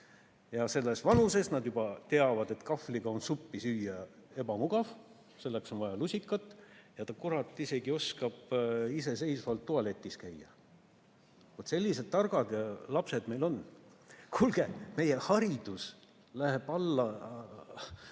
selles vanuses nad juba teavad, et kahvliga on suppi süüa ebamugav, selleks on vaja lusikat. Ja nad, kurat, oskavad isegi iseseisvalt tualetis käia! Vot, sellised targad lapsed meil on. Kuulge, meie haridus läheb mäest